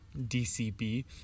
DCB